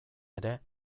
ere